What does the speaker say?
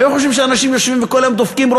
היו חושבים שאנשים יושבים וכל היום דופקים את